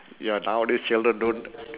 ya nowadays children don't